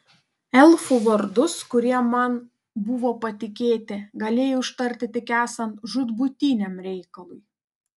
elfų vardus kurie man buvo patikėti galėjau ištarti tik esant žūtbūtiniam reikalui